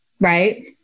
right